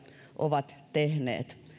ovat tehneet